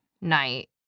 night